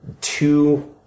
two